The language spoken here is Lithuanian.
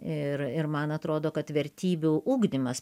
ir ir man atrodo kad vertybių ugdymas